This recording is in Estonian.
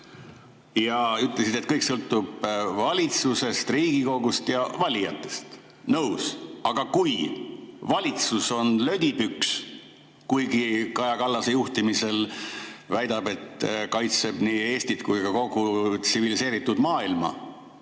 Sa ütlesid, et kõik sõltub valitsusest, Riigikogust ja valijatest. Nõus. Aga kui valitsus on lödipüks, kuigi ta Kaja Kallase juhtimisel väidab, et kaitseb nii Eestit kui ka kogu tsiviliseeritud maailma,